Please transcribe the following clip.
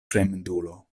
fremdulo